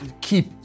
keep